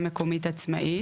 לוועדה מקומית עצמאית,